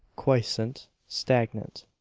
quiescent, stagnant.